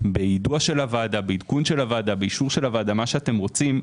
ביידוע ואישור של הוועדה מה שאתם רוצים.